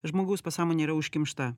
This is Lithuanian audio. žmogaus pasąmonė yra užkimšta